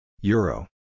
Euro